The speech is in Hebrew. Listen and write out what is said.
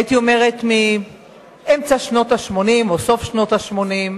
הייתי אומרת מאמצע שנות ה-80 או סוף שנות ה-80,